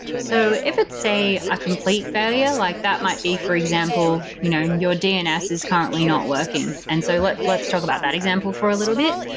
so if it's a complete failure like that might be for example you know your dns is currently not working. and so let's let's talk about that example for a little bit.